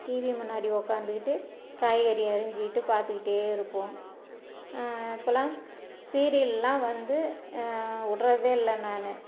TV முன்னாடி உக்காந்துக்கிட்டு காய்கறி அரிஞ்சிக்கிட்டு பார்த்துக்கிட்டே இருப்போம் இப்போலாம் சீரியல் எல்லாம் வந்து விட்றதே இல்லை நான்